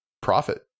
profit